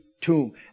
tomb